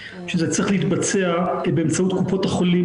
שזה צריך להתבצע באמצעות קופות החולים